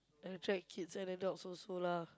attract kids and adults also lah